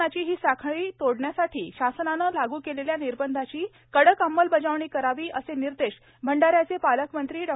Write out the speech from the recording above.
कोरोनाची ही साखळी तोडण्यासाठी शासनाने लागू केलेल्या निर्बधाची कडक अंमलबजावणी करावी असे निर्देश भंडाऱ्याचे पालकमंत्री डॉ